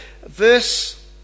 Verse